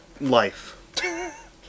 life